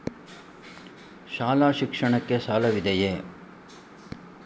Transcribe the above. ಶಾಲಾ ಶಿಕ್ಷಣಕ್ಕೆ ಸಾಲವಿದೆಯೇ?